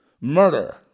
Murder